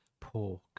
pork